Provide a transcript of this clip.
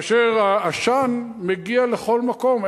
כאשר העשן מגיע לכל מקום,